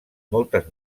moltes